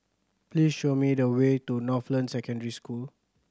please show me the way to Northland Secondary School